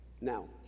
Now